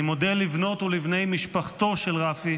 אני מודה לבנות ולבני משפחתו של רפי,